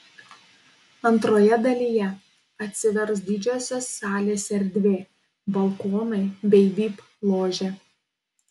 antroje dalyje atsivers didžiosios salės erdvė balkonai bei vip ložė